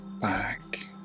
back